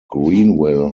greenville